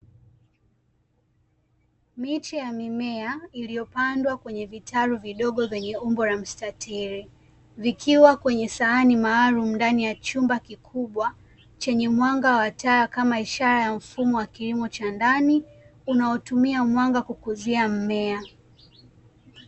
Miche ya mimea iliyopandwa kwenye vitaru vidogo vyenye umbo la mstatili vikiwa kwenye sahani maalum ndani ya chumba kikubwa, chenye mwanga wa taa kama ishara ya mfumo wa kilimo cha ndani unaotumia mwanga kukuzia mmea.